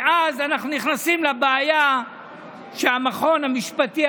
ואז אנחנו נכנסים לבעיה שהמכון המשפטי,